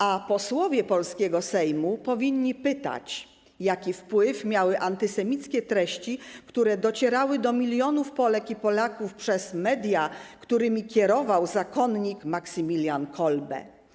A posłowie polskiego Sejmu powinni pytać, jaki wpływ miały antysemickie treści, które docierały do milionów Polek i Polaków przez media, którymi kierował zakonnik Maksymilian Kolbe.